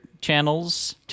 channels